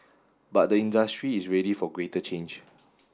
but the industry is ready for greater change